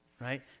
right